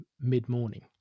mid-morning